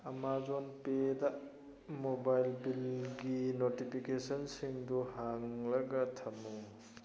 Amazon Pay mobile ꯕꯤꯜꯒꯤ ꯅꯣꯇꯤꯐꯤꯀꯦꯁꯟꯁꯤꯡ ꯍꯥꯡꯂꯒ ꯊꯝꯃꯨ